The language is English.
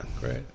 Great